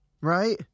right